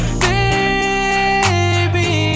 baby